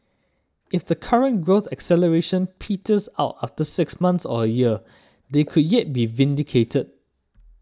if the current growth acceleration peters out after six months or a year they could yet be vindicated